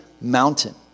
mountain